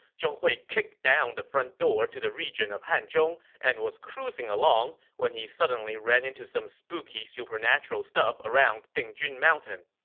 zhong hui kicked down the front door to the region of hanzhong and was cruising along when he suddenly ran into some spooky supernatural stuff around dingjun mountain.